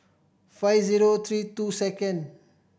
five zero three two second